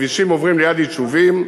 כשכבישים עוברים ליד יישובים,